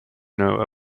know